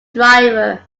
driver